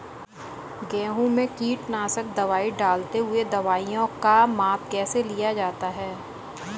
गेहूँ में कीटनाशक दवाई डालते हुऐ दवाईयों का माप कैसे लिया जाता है?